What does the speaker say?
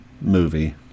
movie